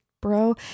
bro